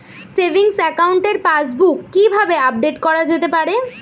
Savings একাউন্টের passbook কি কিভাবে আপডেট করা যেতে পারে?